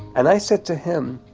and i said to him,